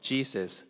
Jesus